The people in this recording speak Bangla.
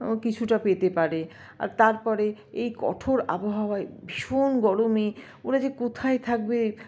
কিছুটা পেতে পারে আর তারপরে এই কঠোর আবহাওয়ায় ভীষণ গরমে ওরা যে কোথায় থাকবে